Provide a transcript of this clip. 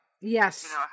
Yes